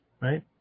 right